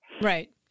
Right